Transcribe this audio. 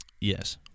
Yes